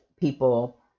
people